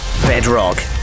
Bedrock